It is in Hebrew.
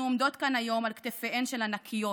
אנחנו עומדות כאן היום על כתפיהן של ענקיות,